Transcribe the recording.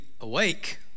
awake